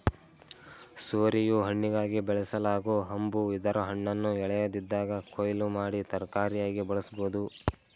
ಸೋರೆಯು ಹಣ್ಣಿಗಾಗಿ ಬೆಳೆಸಲಾಗೊ ಹಂಬು ಇದರ ಹಣ್ಣನ್ನು ಎಳೆಯದಿದ್ದಾಗ ಕೊಯ್ಲು ಮಾಡಿ ತರಕಾರಿಯಾಗಿ ಬಳಸ್ಬೋದು